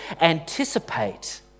anticipate